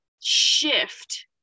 shift